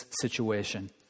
situation